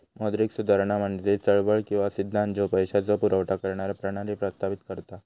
मौद्रिक सुधारणा म्हणजे चळवळ किंवा सिद्धांत ज्यो पैशाचो पुरवठा करणारो प्रणाली प्रस्तावित करता